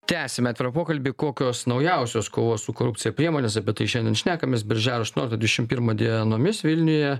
tęsiame pokalbį kokios naujausios kovos su korupcija priemonės apie tai šiandien šnekamės birželio dvidešimt pirmą dienomis vilniuje